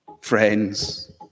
friends